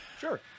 Sure